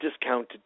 discounted